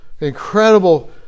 incredible